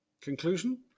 Conclusion